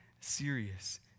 serious